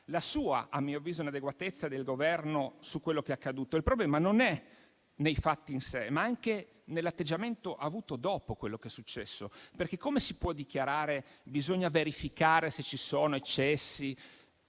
la sua - a mio avviso - inadeguatezza del Governo su quello che è accaduto. Il problema non è nei fatti in sé, ma anche nell'atteggiamento avuto dopo quello che è successo. Come si può dichiarare, infatti, che bisogna verificare se ci sono stati